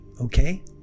okay